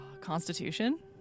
Constitution